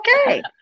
Okay